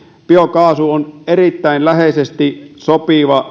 biokaasu on erittäin läheisesti maatalouteen sopiva